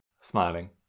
smiling